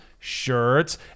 Shirts